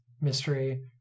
mystery